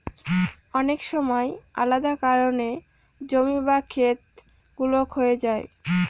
অনেক সময় আলাদা কারনে জমি বা খেত গুলো ক্ষয়ে যায়